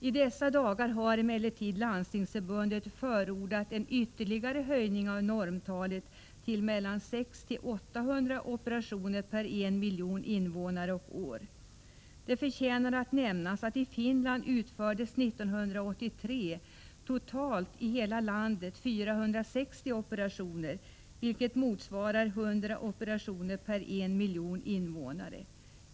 I dessa dagar har emellertid Landstingsförbundet förordat en ytterligare höjning av normtalet till 600-800 operationer per miljon invånare per år. Det förtjänar att nämnas att det i Finland 1983 utfördes endast 460 operationer totalt i hela landet, vilket motsvarar 100 operationer per miljon invånare.